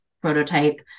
Prototype